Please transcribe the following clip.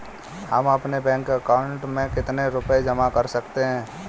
हम अपने bank account में कितने रुपये जमा कर सकते हैं?